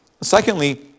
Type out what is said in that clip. Secondly